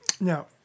Now